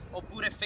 oppure